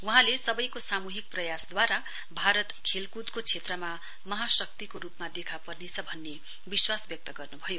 वहाँले सवैको सामूहिक प्रयासद्वारा भारत खेलकुदको क्षेत्रमा महाशक्ति रुपमा देखा पर्नेछ भन्ने विश्वास व्यक्त गर्मनुभयो